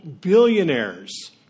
billionaires